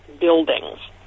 buildings